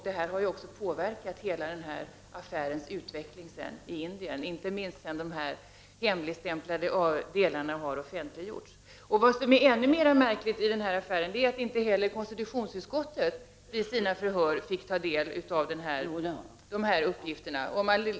Detta har påverkat hela affärens utveckling i Indien, inte minst sedan de hemligstämplade delarna blev offentliggjorda. Ännu mera märkligt i den här affären är att inte heller konstitutionsutskottet vid sina förhör fick ta del av de här uppgifterna.